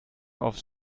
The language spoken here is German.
auf